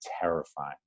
terrifying